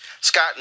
Scott